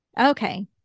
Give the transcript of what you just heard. Okay